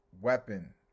weapon